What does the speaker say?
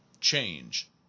change